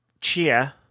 Cheer